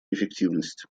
эффективность